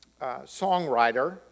songwriter